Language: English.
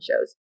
shows